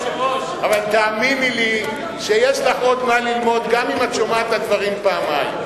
אבל תאמיני לי שיש לך עוד מה ללמוד גם אם שומעת את הדברים פעמיים.